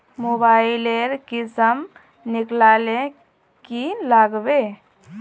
Mobile लेर किसम निकलाले की लागबे?